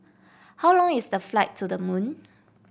how long is the flight to the Moon